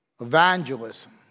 Evangelism